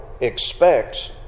expects